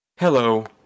Hello